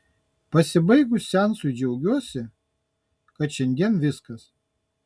pasibaigus seansui džiaugsiuosi kad šiandien viskas